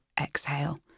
exhale